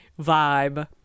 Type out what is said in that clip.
vibe